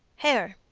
hair.